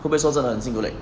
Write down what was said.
会不会说真的很辛苦 like